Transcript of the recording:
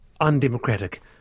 undemocratic